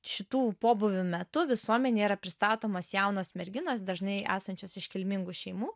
šitų pobūvių metu visuomenėje yra pristatomos jaunos merginos dažnai esančios iš kilmingų šeimų